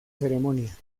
ceremonia